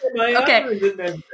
Okay